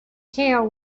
tell